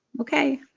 Okay